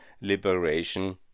liberation